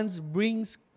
brings